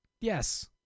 Yes